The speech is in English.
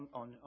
on